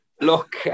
Look